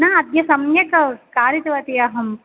न अद्य सम्यक् कारितवती अहं